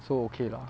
so okay lah